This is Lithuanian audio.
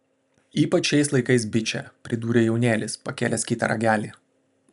ypač šiais laikais biče pridūrė jaunėlis pakėlęs kitą ragelį